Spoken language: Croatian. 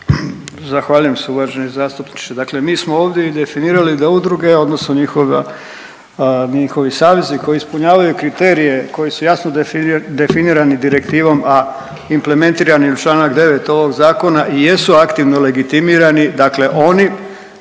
Zahvaljujem se uvaženi zastupniče. Dakle, mi smo ovdje i definirali da udruge, odnosno njihovi savezi koji ispunjavaju kriterije koji su jasno definirani direktivom a implementirani u članak 9. ovog zakona jesu aktivno legitimirani. Dakle, oni